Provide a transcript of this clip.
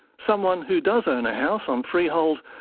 someone who does own a house on freehold,